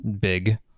big